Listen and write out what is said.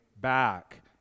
back